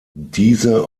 diese